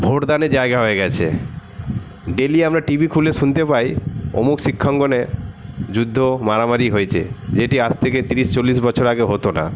ভোটদানের জায়গা হয়ে গেছে ডেলি আমারা টিভি খুলে শুনতে পাই অমুক শিক্ষাঙ্গনে যুদ্ধ মারামারি হয়েছে এটি আজ থেকে তিরিশ চল্লিশ বছর আগে হতো না